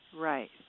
Right